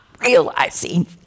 realizing